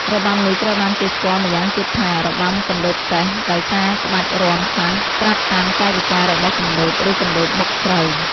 របាំនេះត្រូវបានគេស្គាល់ម្យ៉ាងទៀតថា "របាំកណ្ដូបសេះ" ដោយសារក្បាច់រាំខ្លះត្រាប់តាមកាយវិការរបស់កណ្ដូប ឬកណ្ដូបបុកស្រូវ។